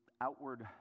outward